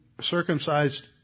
circumcised